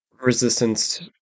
resistance